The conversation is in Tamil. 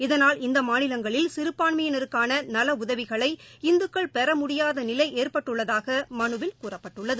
இதனால் இந்த மாநிலங்களில் சிறுபான்மையினருக்கான நல உதவிகளை இந்துக்கள் பெற முடியாத நிலை ஏற்பட்டுள்ளதாக மனுவில் கூறப்பட்டுள்ளது